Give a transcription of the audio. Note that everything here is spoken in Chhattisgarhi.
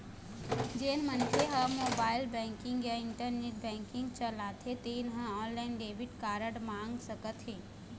जेन मनखे ह मोबाईल बेंकिंग या इंटरनेट बेंकिंग चलाथे तेन ह ऑनलाईन डेबिट कारड मंगा सकत हे